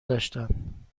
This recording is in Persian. داشتند